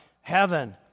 heaven